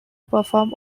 perform